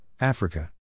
Africa